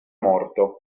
morto